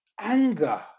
anger